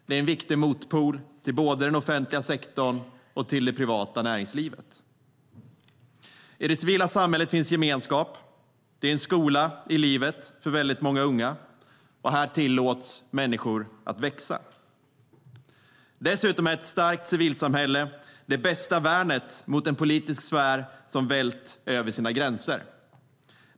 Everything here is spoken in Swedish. Det är en viktig motpol till både den offentliga sektorn och det privata näringslivet.I det civila samhället finns gemenskap. Det är en skola i livet för många unga, och här tillåts människor att växa. Dessutom är ett starkt civilsamhälle det bästa värnet mot en politisk sfär som vällt över sina gränser.